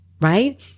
right